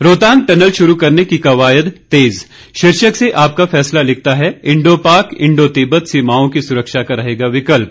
Rohtang tunnel शुरू करने को कवायद तेज शीर्षक से आपका फैसला लिखता है इंडो पाक इंडो तिब्बत सीमाओं की सुरक्षा का रहेगा विकल्प